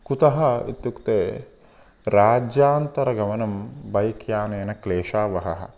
कुतः इत्युक्ते राज्यान्तरगमनं बैक् यानेन क्लेशावहः